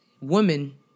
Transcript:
Women